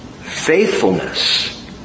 Faithfulness